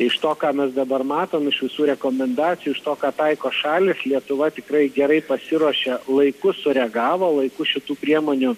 iš to ką mes dabar matom iš visų rekomendacijų iš to ką taiko šalys lietuva tikrai gerai pasiruošė laiku sureagavo laiku šitų priemonių